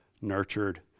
nurtured